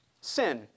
sin